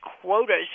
quotas